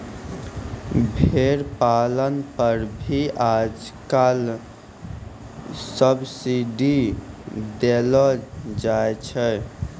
भेड़ पालन पर भी आजकल सब्सीडी देलो जाय छै